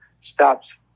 stops